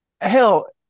Hell